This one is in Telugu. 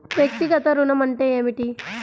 వ్యక్తిగత ఋణం అంటే ఏమిటి?